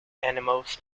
animals